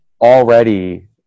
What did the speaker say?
already